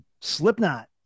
Slipknot